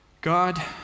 God